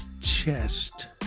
chest